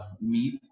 meat